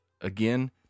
again